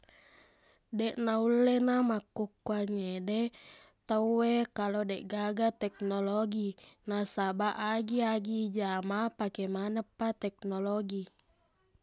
Deqna nullena makkukkuwang ngede tauwe kalau deqgaga teknologi nasabaq agi-agi ijama pake maneppa teknologi